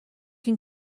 can